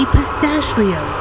Pistachio